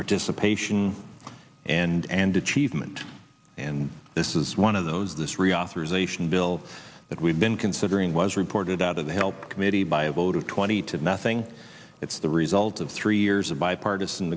participation and achievement and this is one of those this reauthorization bill that we've been considering was reported out of the help committee by a vote of twenty to nothing it's the result of three years of bipartisan